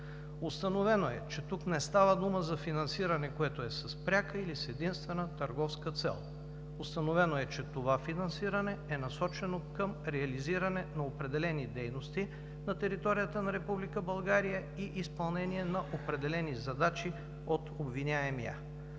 Установено е, че тук не става дума за финансиране, което е с пряка или с единствена търговска цел, установено е, че това финансиране е насочено към реализиране на определени дейности на територията на Република България и изпълнение на определени задачи от обвиняемия.